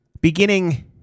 beginning